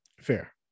Fair